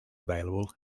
available